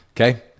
Okay